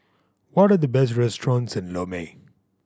what are the best restaurants in Lome